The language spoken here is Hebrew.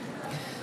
אני לא יודע.